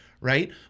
right